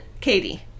Katie